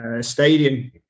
stadium